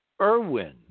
Irwin